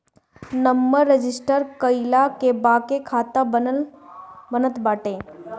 number register कईला के बाके खाता बनत बाटे